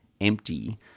empty